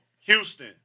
Houston